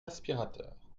aspirateur